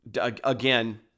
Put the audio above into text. Again